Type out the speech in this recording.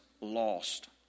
lost